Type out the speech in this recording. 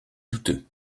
douteux